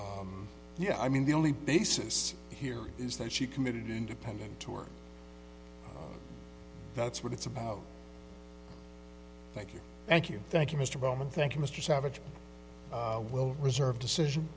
so yeah i mean the only basis here is that she committed independent tour that's what it's about thank you thank you thank you mr bowman thank you mr savage will reserve decision